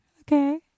Okay